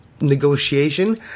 negotiation